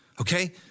Okay